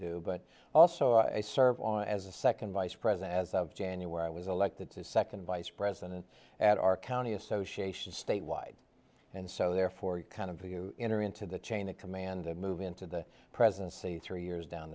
do but also i serve on as a second vice president as of january i was elected to the second vice president at our county association statewide and so therefore you kind of you enter into the chain of command and move into the presidency three years down